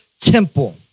temple